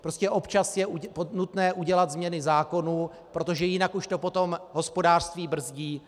Prostě občas je nutné udělat změny zákonů, protože jinak už to potom hospodářství brzdí.